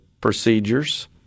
procedures